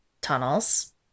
tunnels